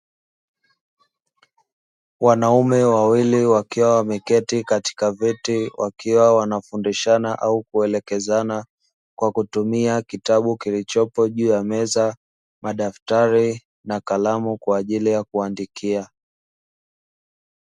Wanaume wawili wakiwa wameketi katika viti wakiwa wanafundishana au kuelekezana kwa kutumia kitabu kilichopo juu ya meza madaftari na kalamu kwa ajili ya kuandikia.